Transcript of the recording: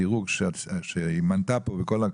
הדירוג שהיא מנתה כאן,